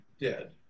dead